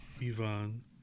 Ivan